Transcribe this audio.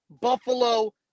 Buffalo